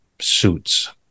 suits